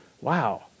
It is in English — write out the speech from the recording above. wow